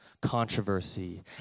controversy